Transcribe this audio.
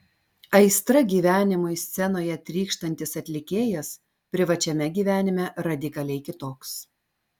aistra gyvenimui scenoje trykštantis atlikėjas privačiame gyvenime radikaliai kitoks